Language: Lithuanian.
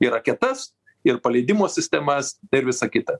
ir raketas ir paleidimo sistemas ir visa kita